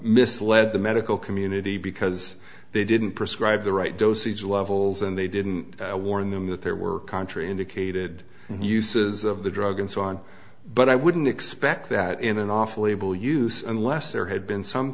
misled the medical community because they didn't prescribe the right dosage levels and they didn't warn them that there were contrary indicated uses of the drug and so on but i wouldn't expect that in an off label use unless there had been some